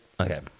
Okay